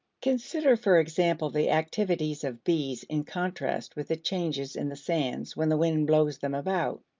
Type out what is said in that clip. consider for example the activities of bees in contrast with the changes in the sands when the wind blows them about.